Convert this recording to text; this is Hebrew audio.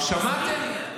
שמעתם?